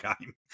game